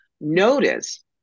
notice